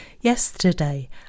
Yesterday